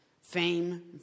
fame